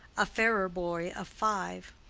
a fairer boy of five.